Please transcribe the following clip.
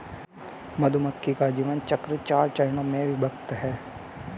मधुमक्खी का जीवन चक्र चार चरणों में विभक्त है